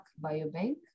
Biobank